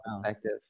perspective